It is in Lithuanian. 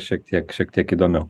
šiek tiek šiek tiek įdomiau